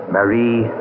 Marie